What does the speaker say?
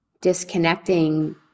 disconnecting